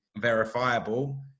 verifiable